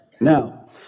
Now